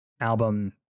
album